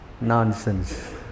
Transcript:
nonsense